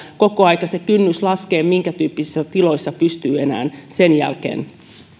koko ajan se kynnys laskee minkätyyppisissä tiloissa pystyy enää sen jälkeen